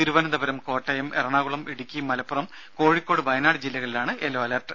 തിരുവനന്തപുരം കോട്ടയം എറണാകുളം ഇടുക്കി മലപ്പുറം കോഴിക്കോട് വയനാട് ജില്ലകളിലാണ് yellow alert